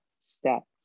steps